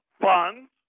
funds